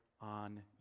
on